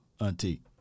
Auntie